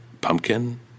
pumpkin